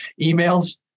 emails